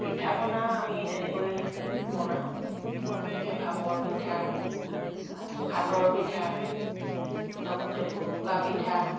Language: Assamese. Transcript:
পিঠা পনা আমি তেনেকৈ বনাওঁ যেনেকৈ ভাপৰ পিঠা আজি ভাতৰ পিঠা লগতে ভুৰুকা পিঠা